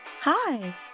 Hi